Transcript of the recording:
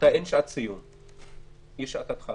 זאת לא הכוונה.